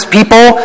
people